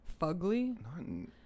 Fugly